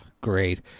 Great